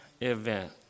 event